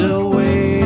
away